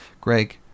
Greg